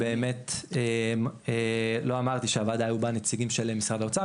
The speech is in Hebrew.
לא אמרתי שהוועדה היו בה נציגים של משרד האוצר,